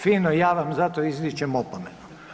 Fino ja vam zato izričem opomenu.